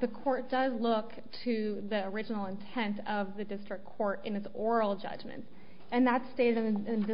the court does look to the original intent of the district court in its oral judgment and that stays in th